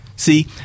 See